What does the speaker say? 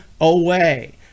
Away